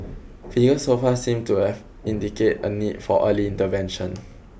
figures so far seem to have indicate a need for early intervention